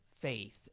faith